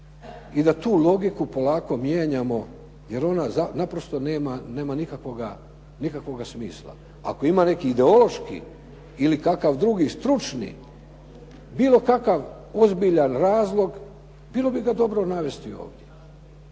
i da tu logiku polako mijenjamo jer ona naprosto nema nikakvoga smisla. Ako ima neki ideološki ili kakav drugi stručni bilo kakav ozbiljan razlog, bilo bi ga dobro navesti ovdje.